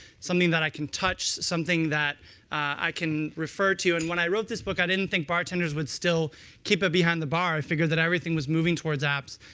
something that i can touch, something that i can refer to it. and when i wrote this book, i didn't think bartenders would still keep it behind the bar. i figured that everything was moving towards apps.